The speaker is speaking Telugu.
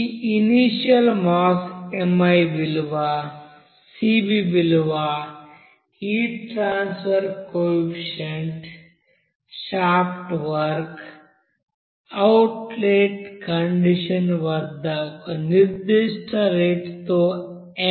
ఈ ఇనీషియల్ మాస్ mi విలువ Cv విలువ heat transfer coefficient shaft work outlet condition వద్ద ఒక నిర్దిష్ట రేటుతో m